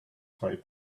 high